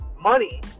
money